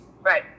Right